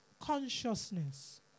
consciousness